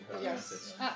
Yes